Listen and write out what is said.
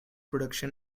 production